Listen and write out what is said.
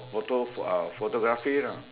photo for uh photography lah